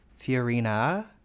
Fiorina